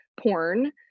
porn